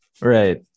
Right